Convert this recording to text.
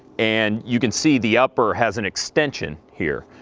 and you can see the upper has an extension here.